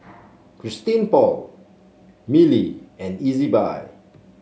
Christian Paul Mili and Ezbuy